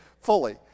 fully